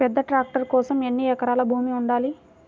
పెద్ద ట్రాక్టర్ కోసం ఎన్ని ఎకరాల భూమి ఉండాలి?